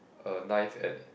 a knife at